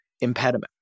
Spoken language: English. impediment